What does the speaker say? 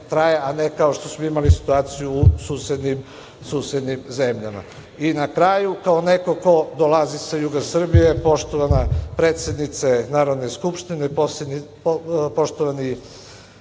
a ne kao što smo imali situaciju u susednim zemljama. Na kraju, kao neko ko dolazi sa juga Srbije, poštovana predsednice Narodne skupštine, poštovani